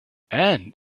and